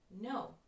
no